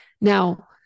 Now